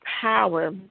power